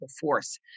force